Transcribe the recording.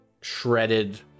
shredded